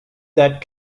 that